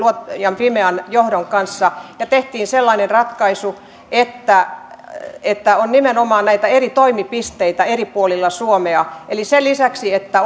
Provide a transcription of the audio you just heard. fimean johdon kanssa ja tehtiin sellainen ratkaisu että että on nimenomaan näitä eri toimipisteitä eri puolella suomea eli sen lisäksi että